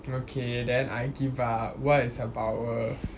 okay then I give up what is her power